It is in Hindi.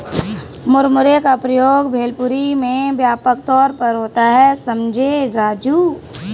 मुरमुरे का प्रयोग भेलपुरी में व्यापक तौर पर होता है समझे राजू